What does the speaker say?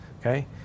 okay